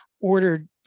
ordered